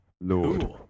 Lord